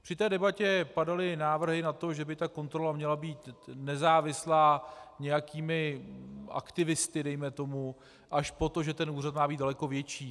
Při debatě padaly návrhy na to, že by kontrola měla být nezávislá, nějakými aktivisty dejme tomu, až po to, že úřad má být daleko větší.